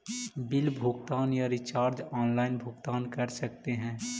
Bill भुगतान या recharge online भुगतान कर सकते हैं?